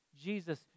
Jesus